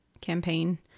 campaign